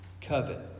Covet